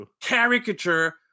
caricature